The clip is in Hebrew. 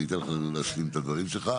אני אתן לך להשלים את הדברים שלך,